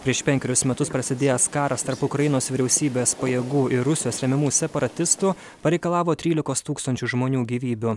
prieš penkerius metus prasidėjęs karas tarp ukrainos vyriausybės pajėgų ir rusijos remiamų separatistų pareikalavo trylikos tūkstančių žmonių gyvybių